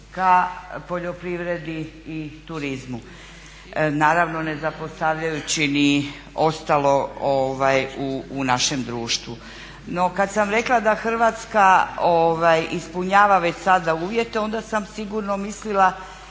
ka poljoprivredi i turizmu. Naravno, ne zapostavljajući ni ostalo u našem društvu. No kad sam rekla da Hrvatska ispunjava već sada uvjete onda sam sigurno mislila